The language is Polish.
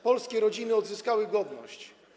Polskie rodziny odzyskały godność.